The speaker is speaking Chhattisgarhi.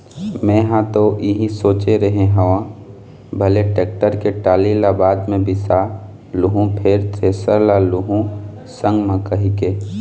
मेंहा ह तो इही सोचे रेहे हँव भले टेक्टर के टाली ल बाद म बिसा लुहूँ फेर थेरेसर ल लुहू संग म कहिके